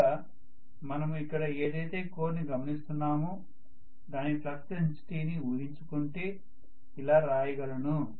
ముందుగా మనము ఇక్కడ ఏదైతే కోర్ ని గమనిస్తున్నామో దాని ఫ్లక్స్ డెన్సిటీని ఊహించుకుంటే ఇలా రాయగలను